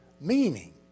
meaning